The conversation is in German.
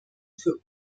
für